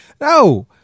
No